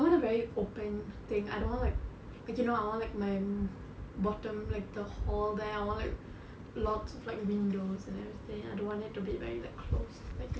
I want a very open thing I don't want like like you know I want my bottom like the hall there I want like lots of like windows and everything I don't want it to be very like closed like you know